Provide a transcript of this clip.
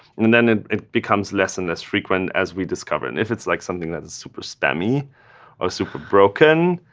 and then then it it becomes less and less frequent as we discover, and if it's like something that is super spammy or super broken,